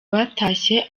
batashye